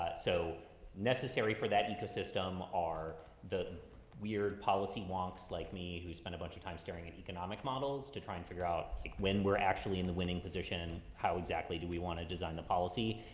so necessary for that ecosystem are the weird policy wonks like me who spent a bunch of times during an economic models to try and figure out like when we're actually in the winning position, how exactly do we want to design the policy?